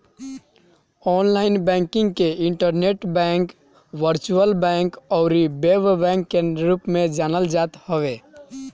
online banking के internet bank, virtual bank अउरी web bank के रूप में जानल जात हवे